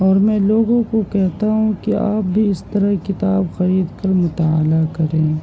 اور میں لوگوں کو کہتا ہوں کہ آپ بھی اس طرح کتاب خرید کر مطالعہ کریں